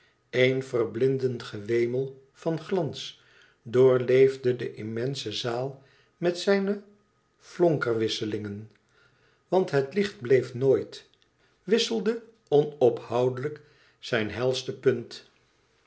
eén verblindend gewemel van glans doorleefde de immense zaal met zijne flonkerwisselingen want het licht bleef nooit wisselde onophoudelijk zijn helste punt